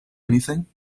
anything